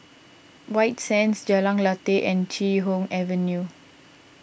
White Sands Jalan Lateh and Chee Hoon Avenue